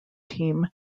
team